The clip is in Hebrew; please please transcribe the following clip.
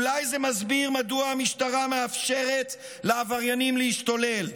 אולי זה מסביר מדוע המשטרה מאפשרת לעבריינים להשתולל,